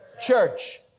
Church